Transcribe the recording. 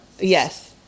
yes